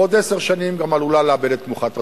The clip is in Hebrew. בעוד עשר שנים היא גם עלולה לאבד את תמיכת ארצות-הברית.